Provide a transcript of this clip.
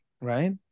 right